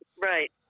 right